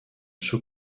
sous